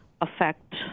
affect